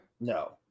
No